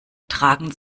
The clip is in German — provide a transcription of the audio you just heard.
tragen